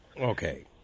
Okay